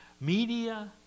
Media